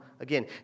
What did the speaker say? again